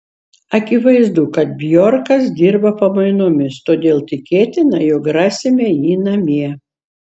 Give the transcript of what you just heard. akivaizdu kad bjorkas dirba pamainomis todėl tikėtina jog rasime jį namie